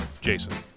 jason